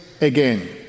again